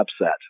upset